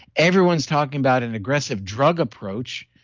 everyone's talking about an aggressive drug approach.